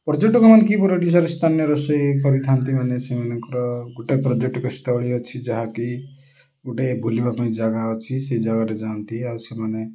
ପର୍ଯ୍ୟଟକମାନେ କିପରି ଓଡ଼ିଶାରେ ସ୍ଥାନୀୟ ରୋଷେଇ କରିଥାନ୍ତି ମାନେ ସେମାନଙ୍କର ଗୋଟେ ପର୍ଯ୍ୟଟକ ସ୍ଥଳୀ ଅଛି ଯାହାକି ଗୋଟେ ବୁଲିବା ପାଇଁ ଜାଗା ଅଛି ସେ ଜାଗାରେ ଯାଆନ୍ତି ଆଉ ସେମାନେ